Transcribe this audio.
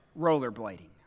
rollerblading